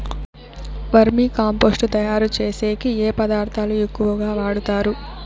వర్మి compost తయారుచేసేకి ఏ పదార్థాలు ఎక్కువగా వాడుతారు